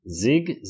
Zig